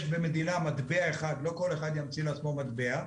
יש במדינה מטבע אחד, לא כל אחד ימציא לעצמו מטבע.